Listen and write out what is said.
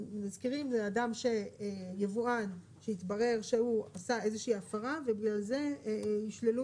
מזכירים לאדם שיבואן שהתברר שהוא עשה איזושהי הפרה ובגלל זה ישללו